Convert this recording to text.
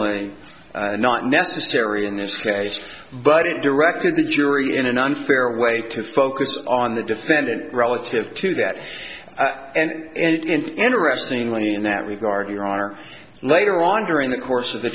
y not necessary in this case but it directed the jury in an unfair way to focus on the defendant relative to that and interestingly in that regard your honor later on during the course of the